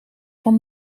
van